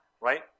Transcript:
Right